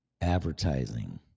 advertising